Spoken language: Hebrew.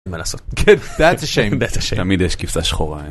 ‫מה לעשות? ‫-כן, that's a shame, תמיד יש כבשה שחורה.